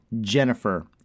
Jennifer